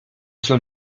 się